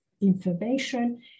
information